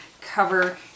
cover